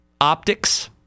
optics